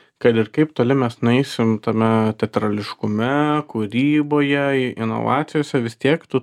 kad ir kaip toli mes nueisim tame teatrališkume kūryboje inovacijose vis tiek tu